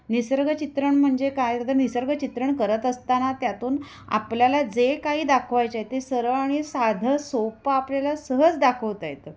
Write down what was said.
निसर्गचित्रण म्हणजे काय तर ते निसर्गचित्रण करत असताना त्यातून आपल्याला जे काही दाखवायचे आहे ते सरळ आणि साधं सोपं आपल्याला सहज दाखवता येतं